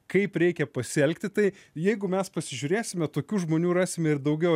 kaip reikia pasielgti tai jeigu mes pasižiūrėsime tokių žmonių rasime ir daugiau